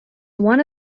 one